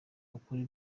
ukuri